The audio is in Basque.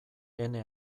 ene